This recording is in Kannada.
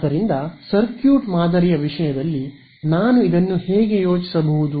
ಆದ್ದರಿಂದ ಸರ್ಕ್ಯೂಟ್ ಮಾದರಿಯ ವಿಷಯದಲ್ಲಿ ನಾನು ಇದನ್ನು ಹೇಗೆ ಯೋಚಿಸಬಹುದು